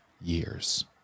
years